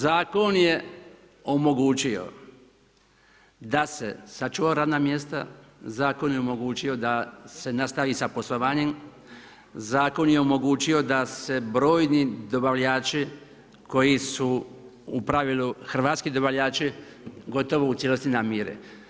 Dakle, zakon je omogućio da se sačuva radna mjesta, zakon je omogućio da se nastavi poslovanjem, zakon je omogućio da se brojni dobavljači koji su u pravilu hrvatski dobavljači gotovo u cijelosti namire.